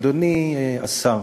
אדוני השר,